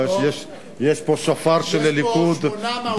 אבל יש פה שופר של הליכוד,